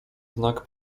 znak